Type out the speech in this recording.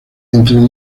entre